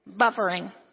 buffering